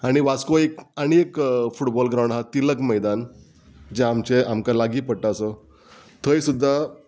आनी वास्को एक आनी एक फुटबॉल ग्रावंड आहा तिल्लक मैदान जें आमचें आमकां लागीं पडटा असो थंय सुद्दां